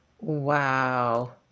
Wow